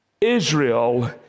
Israel